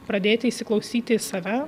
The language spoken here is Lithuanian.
pradėti įsiklausyti į save